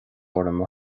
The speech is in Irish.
orm